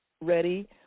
ready